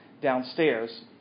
downstairs